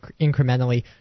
incrementally